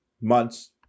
months